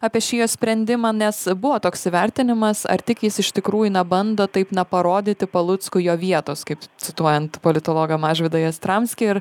apie šį jo sprendimą nes buvo toks įvertinimas ar tik jis iš tikrųjų nebando taip na parodyti paluckui jo vietos kaip cituojant politologą mažvydą jastramskį ir